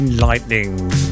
Lightning